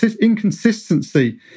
inconsistency